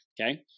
okay